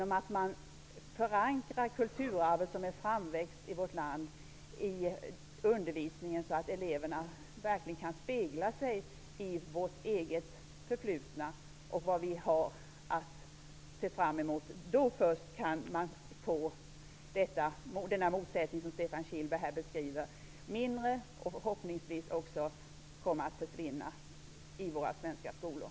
Man bör förankra det kulturarv som vuxit fram i vårt land i undervisningen, så att eleverna verkligen kan spegla sig i vårt förflutna och se vad vi har att se fram emot. Först då kan motsättningen, som Stefan Kihlberg beskrev, göras mindre och förhoppningsvis också fås att försvinna från våra svenska skolor.